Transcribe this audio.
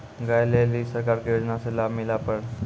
गाय ले ली सरकार के योजना से लाभ मिला पर?